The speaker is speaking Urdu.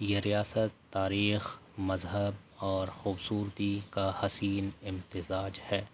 یہ ریاست تاریخ مذہب اور خوبصورتی کا حسین امتزاج ہے